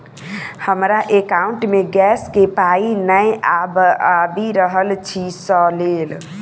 हमरा एकाउंट मे गैस केँ पाई नै आबि रहल छी सँ लेल?